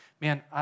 Man